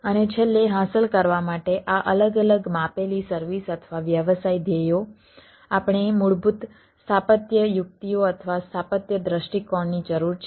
અને છેલ્લે હાંસલ કરવા માટે આ અલગ અલગ માપેલી સર્વિસ અથવા વ્યવસાય ધ્યેયો આપણે મૂળભૂત સ્થાપત્ય યુક્તિઓ અથવા સ્થાપત્ય દૃષ્ટિકોણની જરૂર છે